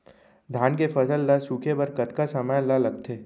धान के फसल ल सूखे बर कतका समय ल लगथे?